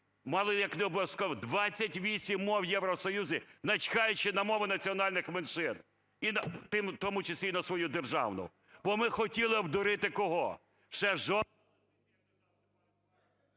мало як не обов'язкові 28 мов Євросоюзу, начхавши на мови національних меншин, у тому числі і на свою державну. Бо ми хотіли обдурити, кого?